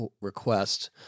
request